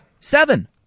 Seven